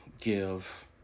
give